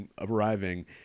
arriving